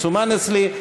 מסומן אצלי,